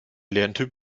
lerntyp